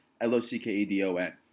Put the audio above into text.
L-O-C-K-E-D-O-N